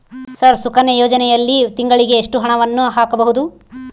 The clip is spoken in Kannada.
ಸರ್ ಸುಕನ್ಯಾ ಯೋಜನೆಯಲ್ಲಿ ತಿಂಗಳಿಗೆ ಎಷ್ಟು ಹಣವನ್ನು ಹಾಕಬಹುದು?